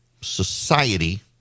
society